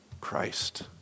Christ